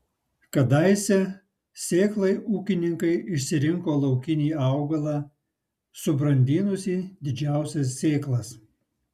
kadaise sėklai ūkininkai išsirinko laukinį augalą subrandinusį didžiausias sėklas